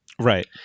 Right